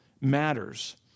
matters